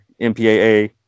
MPAA